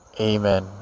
Amen